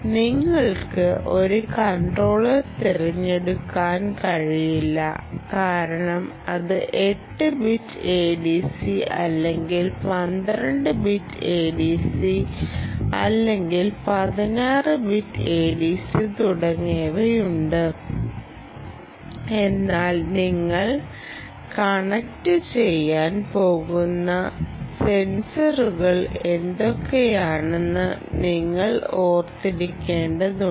നിങ്ങൾക്ക് ഒരു കൺട്രോളർ തിരഞ്ഞെടുക്കാൻ കഴിയില്ല കാരണം ഇതിന് 8 ബിറ്റ് ADC അല്ലെങ്കിൽ 12 ബിറ്റ് ADC അല്ലെങ്കിൽ 16 ബിറ്റ് ADC തുടങ്ങിയവയുണ്ട് എന്നാൽ നിങ്ങൾ കണക്റ്റുചെയ്യാൻ പോകുന്ന സെൻസറുകൾ എന്തൊക്കെയാണെന്നും നിങ്ങൾ ഓർമ്മിക്കേണ്ടതുണ്ട്